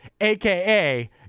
aka